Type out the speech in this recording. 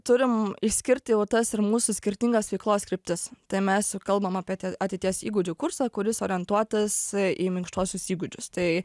turim išskirti jau tas ir mūsų skirtingas veiklos kryptis tai mes jau kalbam apie ateities įgūdžių kursą kuris orientuotas į minkštuosius įgūdžius tai